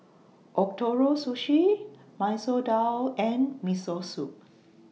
Ootoro Sushi Masoor Dal and Miso Soup